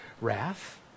wrath